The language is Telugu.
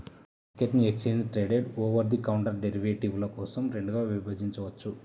మార్కెట్ను exchange traded, over the counter డెరివేటివ్ల కోసం రెండుగా విభజించవచ్చు